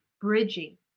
bridging